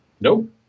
nope